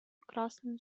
красную